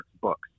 Books